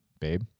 babe